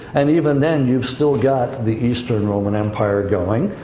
and even then, you've still got the eastern roman empire going.